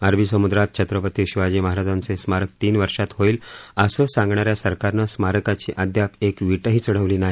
अरबी समुद्रात छत्रपती शिवाजी महाराजांचे स्मारक तीन वर्षात होईल असं सांगणाऱ्या सरकारनं स्मारकाची अद्याप एक वीटही चढवली नाही